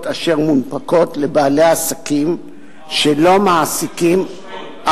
אשר מונפקות לבעלי עסקים שלא מעסיקים,